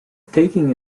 taking